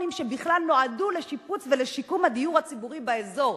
שבכלל נועדו לשיפוץ ולשיקום של הדיור הציבורי באזור.